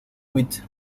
with